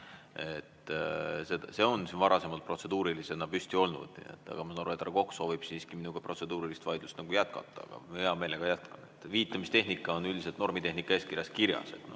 on siin varasemalt protseduurilisena püsti olnud. Ma saan aru, et härra Kokk soovib siiski minuga protseduurilist vaidlust jätkata, ma hea meelega jätkan. Viitamistehnika on üldiselt normitehnika eeskirjas kirjas.